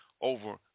over